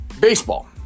Baseball